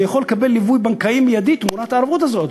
כי הוא יכול לקבל ליווי בנקאי מיידי תמורת הערבות הזאת,